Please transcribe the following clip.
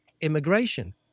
immigration